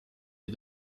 des